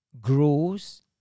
grows